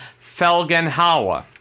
Felgenhauer